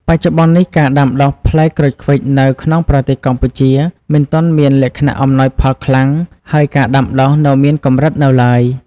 បច្ចុប្បន្ននេះ ការដាំដុះផ្លែក្រូចឃ្វិចនៅក្នុងប្រទេសកម្ពុជា មិនទាន់មានលក្ខណៈអំណោយផលខ្លាំង ហើយការដាំដុះនៅមានកម្រិតនៅឡើយ។